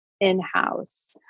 in-house